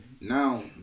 now